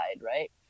right